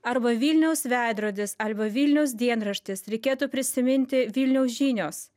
arba vilniaus veidrodis arba vilniaus dienraštis reikėtų prisiminti vilniaus žinios